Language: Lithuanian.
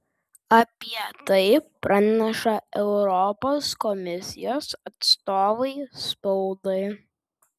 apie tai praneša europos komisijos atstovai spaudai